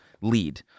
lead